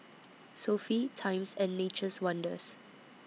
Sofy Times and Nature's Wonders